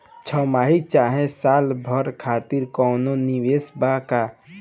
छमाही चाहे साल भर खातिर कौनों निवेश बा का?